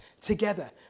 together